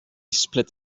split